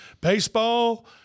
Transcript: baseball